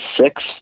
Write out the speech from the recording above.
six